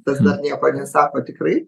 tas nieko nesako tikrai